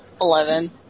Eleven